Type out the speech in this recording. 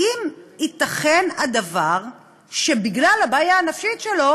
האם ייתכן הדבר שבגלל הבעיה הנפשית שלו